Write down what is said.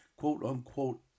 quote-unquote